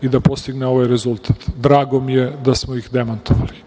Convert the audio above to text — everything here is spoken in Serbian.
i da postigne ovaj rezultat. Drago mi je da smo ih demantovali. Još